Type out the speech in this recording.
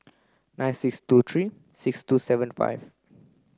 nine six two three six two seven five